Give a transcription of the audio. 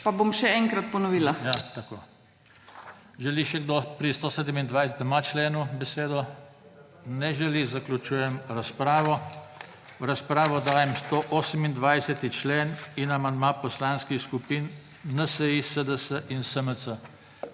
TANKO:** Ja, tako. Želi še kdo pri 127.a členu besedo? Ne želi. Zaključujem razpravo. V razpravo dajem 128. člen in amandma poslanskih skupin NSi, SDS in SMC.